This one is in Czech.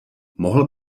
mohl